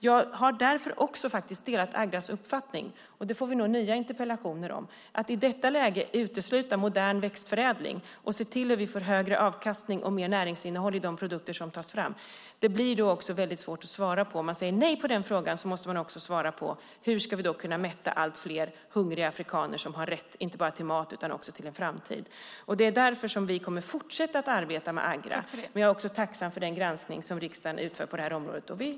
Jag har därför också delat Agras uppfattning, vilket vi nog får nya interpellationer om. Om man i detta läge utesluter modern växtförädling och inte ser till att vi får högre avkastning och mer näringsinnehåll i de produkter som tas fram och säger nej till allt detta blir det svårt att svara på frågan om hur vi ska kunna mätta allt fler hungriga afrikaner. De har rätt inte bara till mat utan också till en framtid. Det är därför vi kommer att fortsätta att arbeta med Agra. Jag är också tacksam för den granskning som riksdagen utför på området. Vi återkommer.